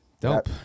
Dope